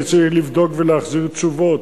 ולגביהן אני צריך לבדוק ולהחזיר תשובות.